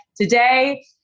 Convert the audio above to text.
Today